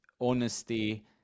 honesty